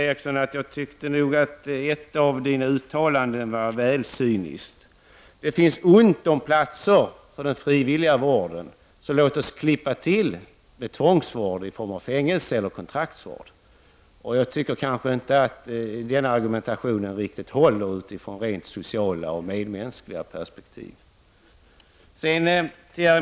Ett av Kjell Ericssons uttalanden var emellertid väl cyniskt. Det är ont om platser när det gäller den frivilliga vården. Låt oss därför så att säga klippa till med tvångsvård i form av fängelse eller kontraktsvård! Men den argumentationen håller nog inte riktigt i det rent sociala och medmänskliga perspektivet.